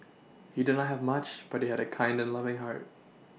he did not have much but he had a kind and loving heart